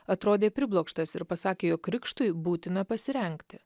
atrodė priblokštas ir pasakė jog krikštui būtina pasirengti